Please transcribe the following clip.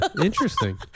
Interesting